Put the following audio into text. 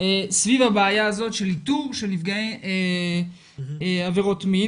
סביב הבעיה הזאת של איתור של נפגעי עבירות מין?